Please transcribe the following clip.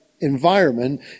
environment